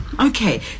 Okay